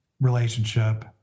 relationship